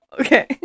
Okay